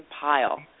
pile